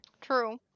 True